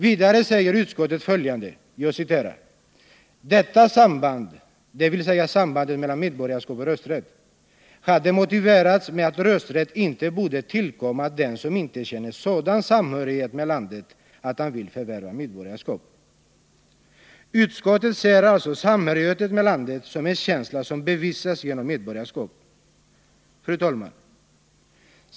Vidare säger utskottet: ”Detta samband” — dvs. sambandet mellan medborgarskap och rösträtt — ”hade motiverats med att rösträtt inte borde tillkomma den som inte känner sådan samhörighet med landet att han vill förvärva medborgarskap.” Utskottet ser alltså samhörigheten med landet som en känsla som bevisas genom medborgarskap. Fru talman!